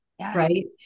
right